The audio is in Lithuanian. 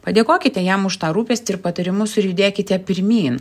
padėkokite jam už tą rūpestį ir patarimus ir judėkite pirmyn